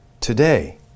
today